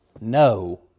no